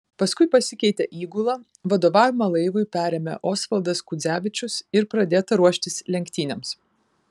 paskui pasikeitė įgula vadovavimą laivui perėmė osvaldas kudzevičius ir pradėta ruoštis lenktynėms